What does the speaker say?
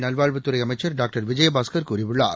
நல்வாழ்வுத்துறைஅமைச்சர் டாக்டர் விஜயபாஸ்கர் கூறியுள்ளார்